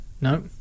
No